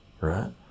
right